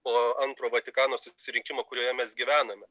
po antro vatikano susirinkimo kurioje mes gyvename